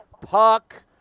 puck